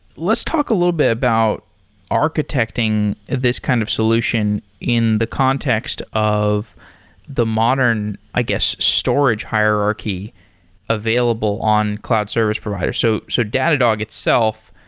let's talk a little bit about architecting this kind of solution in the context of the modern, i guess, storage hierarchy available on cloud service providers. so so datadog itself,